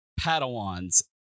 Padawans